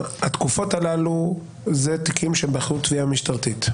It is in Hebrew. התקופות הללו הן של תיקים שהם באחריות תביעה משטרתית.